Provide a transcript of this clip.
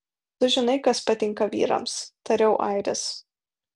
tu žinai kas patinka vyrams tariau airis